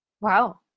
Wow